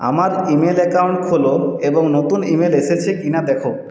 আমার email account খোলো এবং নতুন ইমেল এসেছে কি না দেখো